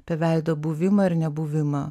apie veido buvimą ir nebuvimą